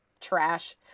trash